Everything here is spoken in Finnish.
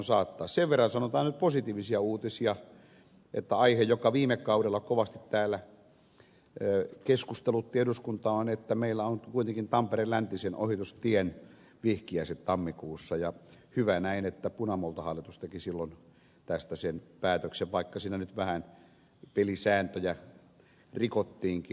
sen verran sanotaan nyt positiivisia uutisia että aihe joka viime kaudella kovasti keskustelutti eduskuntaa on että meillä on kuitenkin tampereen läntisen ohitustien vihkiäiset tammikuussa ja hyvä näin että punamultahallitus teki silloin tästä sen päätöksen vaikka siinä nyt vähän pelisääntöjä rikottiinkin